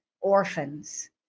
orphans